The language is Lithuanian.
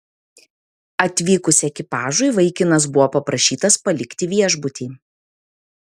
atvykus ekipažui vaikinas buvo paprašytas palikti viešbutį